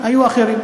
היו אחרים.